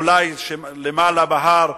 אולי למעלה בהר,